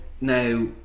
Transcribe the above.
Now